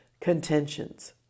contentions